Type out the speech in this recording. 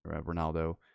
Ronaldo